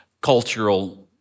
cultural